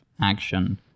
action